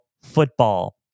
football